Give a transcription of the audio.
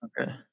Okay